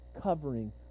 covering